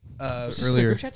earlier